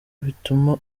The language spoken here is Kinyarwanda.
bituma